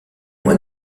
moi